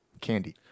candy